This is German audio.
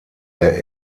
der